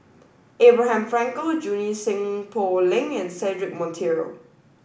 Abraham Frankel Junie Sng Poh Leng and Cedric Monteiro